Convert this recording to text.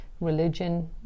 religion